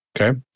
Okay